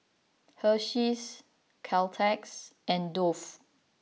Hersheys Caltex and Dove